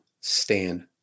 stand